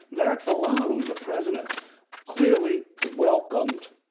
that alone the president clearly welcomed